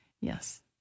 yes